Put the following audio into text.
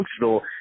functional